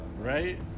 Right